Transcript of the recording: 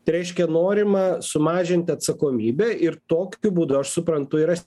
tai reiškia norima sumažinti atsakomybę ir tokiu būdu aš suprantu yra